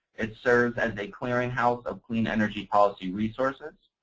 it served as a clearinghouse of clean energy policy resources.